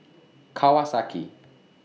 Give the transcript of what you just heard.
Kawasaki